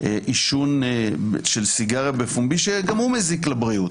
עישון של סיגריה בפומבי שגם הוא מזיק לבריאות.